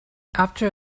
after